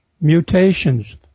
mutations